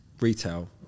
retail